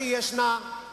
אני חבר כנסת